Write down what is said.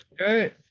Okay